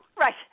Right